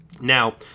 now